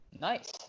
Nice